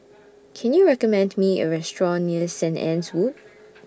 Can YOU recommend Me A Restaurant near Saint Anne's Wood